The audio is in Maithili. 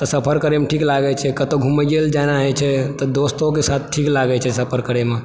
तऽ सफर करय मे ठीक लागै छै कतौ घुमए लऽ जाना होइ छै दोस्त ओ साथ ठीक लागै छै सफर करयमे